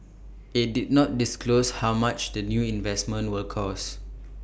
IT did not disclose how much the new investment will cost